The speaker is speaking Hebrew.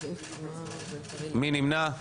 מי נמנע?